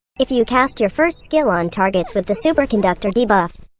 if you cast your first skill on targets with the superconductor debuff,